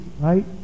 Right